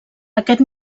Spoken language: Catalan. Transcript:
aquest